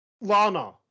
lana